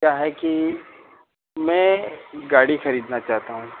क्या है कि मैं गाड़ी खरीदना चाहता हूँ